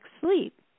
sleep